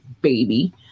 baby